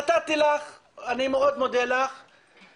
נתתי לך -- -כל הכבוד.